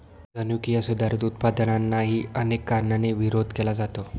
जनुकीय सुधारित उत्पादनांनाही अनेक कारणांनी विरोध केला जातो